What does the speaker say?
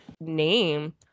name